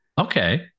Okay